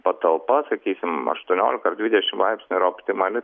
patalpa sakysim aštuoniolika ar dvidešimt laipsnių yra optimali